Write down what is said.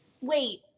Wait